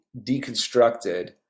deconstructed